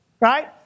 right